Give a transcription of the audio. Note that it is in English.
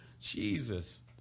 Jesus